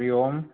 Hari Om